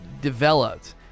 developed